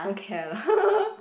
don't care lah